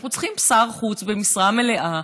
אנחנו צריכים שר חוץ במשרה מלאה.